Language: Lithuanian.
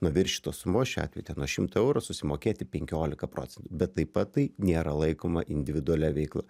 nuo viršytos sumos šiuo atveju ten nuo šimto eurų susimokėti penkiolika procentų bet taip pat tai nėra laikoma individualia veikla